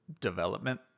development